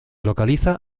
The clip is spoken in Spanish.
localiza